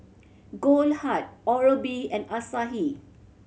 Goldheart Oral B and Asahi